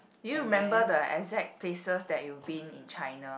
do you remember the exact places that you been in China